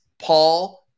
Paul